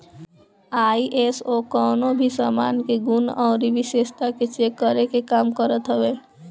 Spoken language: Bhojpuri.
आई.एस.ओ कवनो भी सामान के गुण अउरी विशेषता के चेक करे के काम करत हवे